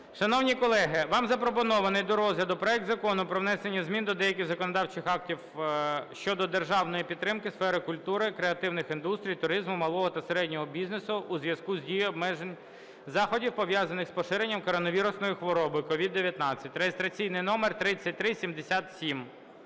Шановні колеги! Вам запропонований до розгляду проект Закону про внесення змін до деяких законодавчих актів щодо державної підтримки сфери культури, креативних індустрій, туризму, малого та середнього бізнесу у зв'язку з дією обмежувальних заходів, пов'язаних із поширенням коронавірусної хвороби (COVID-19) (реєстраційний номер 3377).